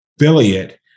affiliate